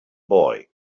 boy